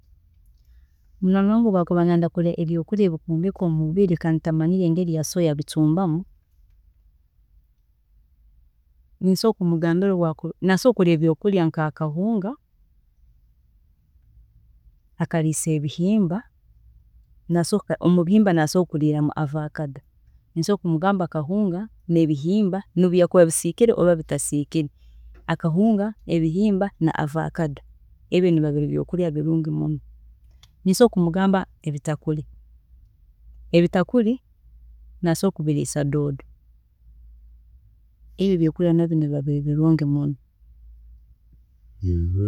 Munywaani wange obu akuba nayenda kurya ebyokurya ebikwombeka omubiri kandi atamanyire engeri asobola kubicumbamu, nsobola kumugambira obu akuba ari, ninsobola kumugambira nasobola kurya akahunga, akariise ebihimba nasobola ebihimba na ovacado, nsobola kumugamba akahunga, ebihimba, nobu byakuba ebisiikire oba ebitasiikire, akahunga, ebihimba hamu na ovacado, ebi nibiba byokurya bilungi muno, nsobola kumugamba kurya ebitakuri, ebitakuri nasobola kubiriisa doodo, ebi ebyokurya nabyo nibiba biri birungi